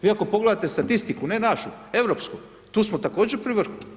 Vi ako pogledate statistiku, ne našu, europsku, tu smo također pri vrhu.